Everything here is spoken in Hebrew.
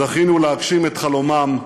זכינו להגשים את חלומם,